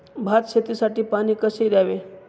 भात शेतीसाठी पाणी कसे द्यावे?